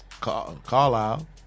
Carlisle